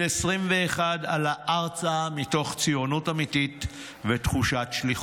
21 עלה ארצה מתוך ציונות אמיתית ותחושת שליחות.